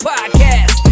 Podcast